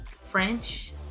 french